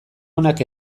onak